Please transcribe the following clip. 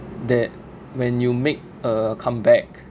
that when you make a comeback